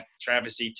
Travis